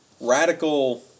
radical